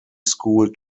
school